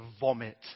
vomit